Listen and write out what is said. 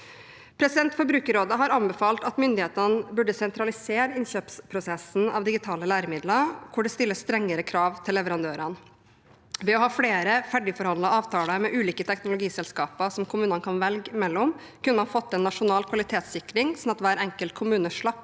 Forbrukerrådet har anbefalt myndighetene å sentralisere innkjøpsprosessen av digitale læremidler, hvor det stilles strengere krav til leverandørene. Ved å ha flere ferdigforhandlede avtaler med ulike teknologiselskaper som kommunene kan velge mellom, kunne man fått en nasjonal kvalitetssikring, sånn at hver enkelt kommune slapp